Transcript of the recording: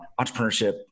entrepreneurship